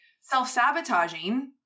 self-sabotaging